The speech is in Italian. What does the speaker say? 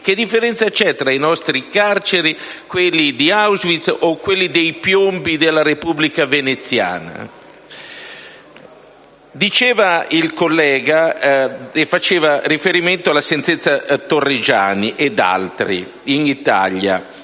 Che differenza c'è tra le nostri carceri, quelle di Auschwitz o quelle dei Piombi della Repubblica veneziana? Il collega faceva riferimento alla sentenza Torreggiani ed altri in Italia,